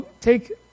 take